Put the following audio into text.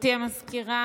גברתי הסגנית,